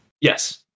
Yes